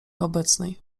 obecnej